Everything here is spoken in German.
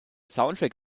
soundtrack